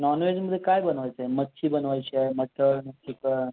नॉनवेजमध्ये काय बनवायचं आहे मच्छी बनवायची आहे मटन चिकन